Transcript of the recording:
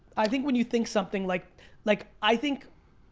i think when you think something, like like i think,